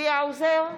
צבי האוזר,